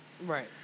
Right